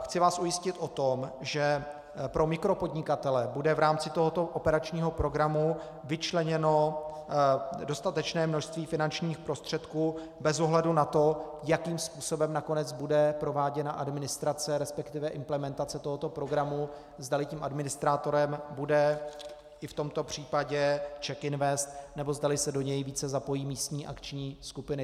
Chci vás ujistit o tom, že pro mikropodnikatele bude v rámci tohoto operačního programu vyčleněno dostatečné množství finančních prostředků bez ohledu na to, jakým způsobem bude potom prováděna administrace, respektive implementace tohoto programu, zdali tím administrátorem bude i v tomto případě CzechInvest, nebo zdali se do něj více zapojí místní akční skupiny.